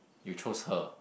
you chose her